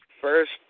first